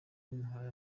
bamuhaye